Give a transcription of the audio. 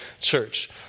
church